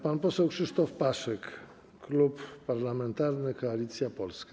Pan poseł Krzysztof Paszyk, Klub Parlamentarny Koalicja Polska.